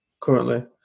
currently